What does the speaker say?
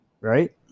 Right